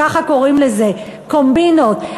ככה קוראים לזה: קומבינות.